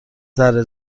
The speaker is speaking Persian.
ذره